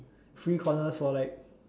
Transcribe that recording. free corners for like